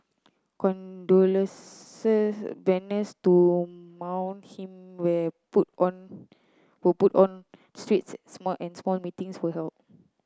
condolence banners to mourn him were put on were put on streets small and small meetings was held